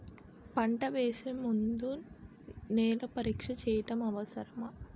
పంట వేసే ముందు నేల పరీక్ష చేయటం అవసరమా?